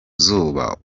zuba